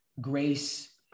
grace